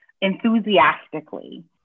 enthusiastically